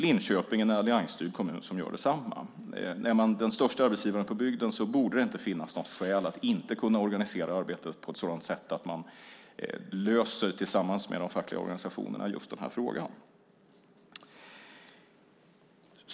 Linköping är en alliansstyrd kommun som gör detsamma. Är man den största arbetsgivaren på bygden borde det inte finnas något skäl att inte kunna organisera arbetet på ett sådant sätt att man tillsammans med de fackliga organisationerna löser den här frågan.